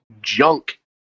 junk